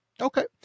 Okay